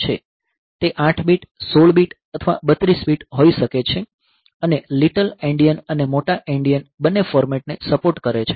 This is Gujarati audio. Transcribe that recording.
તે 8 બીટ 16 બીટ અથવા 32 બીટ હોઈ શકે છે અને લિટલ એન્ડિયન અને મોટા એન્ડિયન બંને ફોર્મેટ ને સપોર્ટ કરે છે